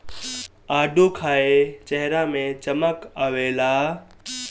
आडू खाए चेहरा में चमक आवेला